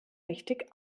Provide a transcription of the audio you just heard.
richtig